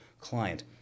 client